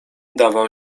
dawał